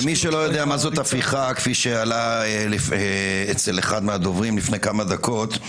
למי שלא יודע מה זאת הפיכה כפי שעלה אצל אחד מהדוברים לפני כמה דקות,